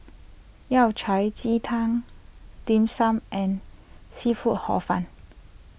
Yao Cai Ji Tang Dim Sum and Seafood Hor Fun